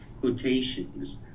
quotations